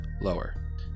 Lower